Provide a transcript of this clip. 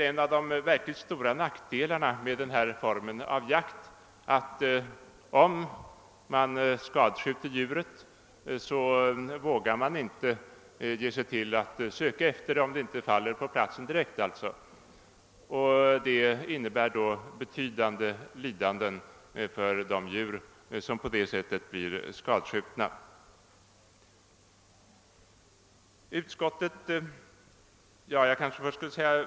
En av de verkligt stora nackdelarna med denna form av jakt är väl just att om man skadskjuter djuret vågar man inte söka efter det, om det inte direkt faller på platsen. Det innebär då betydande lidanden för djuren.